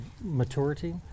maturity